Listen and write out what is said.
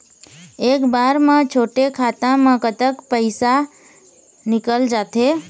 एक बार म छोटे खाता म कतक पैसा निकल जाथे?